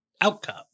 outcome